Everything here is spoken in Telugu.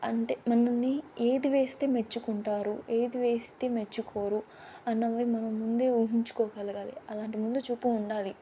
అంటే మనల్ని ఏది వేస్తే మెచ్చుకుంటారు ఏది వేస్తే మెచ్చుకోరు అన్నవి మనం ముందే ఊహించుకోగలగాలి అలాంటి ముందు చూపు ఉండాలి